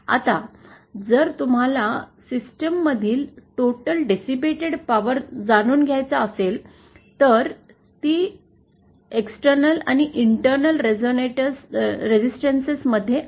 आता जर तुम्हाला सिस्टम मधील टोटल डेसिपेटेड पावर जाणून घ्यायचा असेल तर ती एक्सटर्नल आणि इंटरनल रेसिस्टेंसेस मध्ये आहे